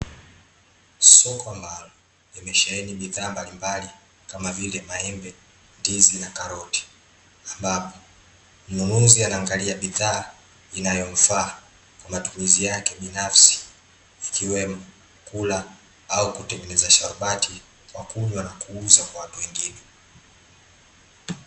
Soko maalum limesheheni bidhaa mbalimbali kama vile maembe, ndizi na karoti ambapo mnunuzi anaangalia bidhaa inayomfaa kwa matumizi yake binafsi ikiwemo kula au kutengeneza sharubati kwa kunywa na kuuza kwa watu wengine.